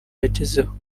yagezeho